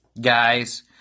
guys